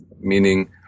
meaning